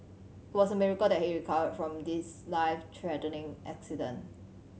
it was a miracle that he recovered from this life threatening accident